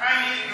אתה צודק.